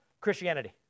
Christianity